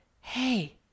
Hey